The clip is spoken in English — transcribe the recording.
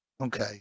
Okay